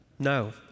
No